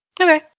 Okay